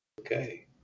Okay